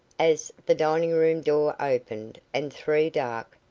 as the dining-room door opened and three dark,